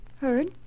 Heard